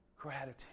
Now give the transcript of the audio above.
Gratitude